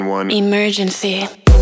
Emergency